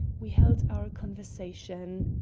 we held our conversation.